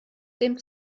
dem